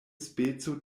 speco